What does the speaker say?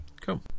cool